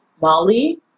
Molly